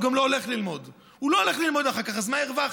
הוא גם לא הולך ללמוד אחר כך, אז מה הרווחנו?